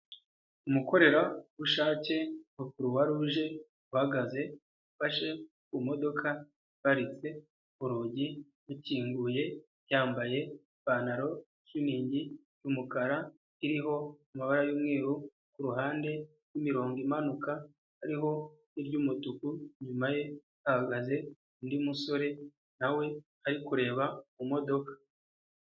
Umukorerabushake wa Croix rouge uhagaze afashe ku modoka iparitse urugi rukinguye yambaye ipantaro y'itiriningi y'umukara iriho amabara y'umweru ku ruhande n'imirongo imanuka hariho iry'umutuku, inyuma ye hahagaze undi musore na we ari kureba mu modoka.